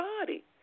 body